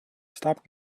stop